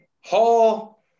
Hall